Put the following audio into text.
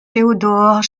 theodor